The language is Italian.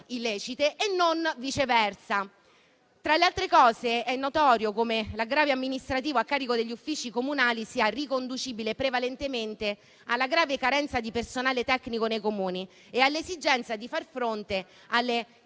illecite e non viceversa. Tra l'altro, è notorio come l'aggravio amministrativo a carico degli uffici comunali sia riconducibile prevalentemente alla grave carenza di personale tecnico nei Comuni e all'esigenza di far fronte alle